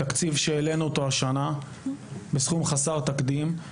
תקציב שהעלינו אותו השנה, לסכום חסר תקדים.